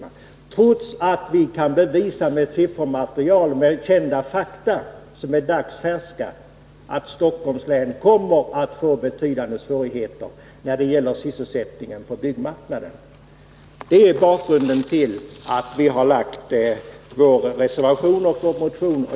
Detta har skett trots att vi kan bevisa med ett dagsfärskt siffermaterial och kända fakta att Stockholm kommer att få betydande svårigheter när det gäller sysselsättningen på byggmarknaden. Det är bakgrunden till vår motion och vår reservation.